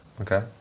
Okay